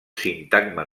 sintagma